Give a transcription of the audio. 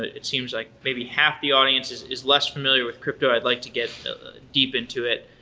it seems like maybe half the audience is is less familiar with crypto. i'd like to get deep into it.